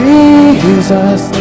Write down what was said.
Jesus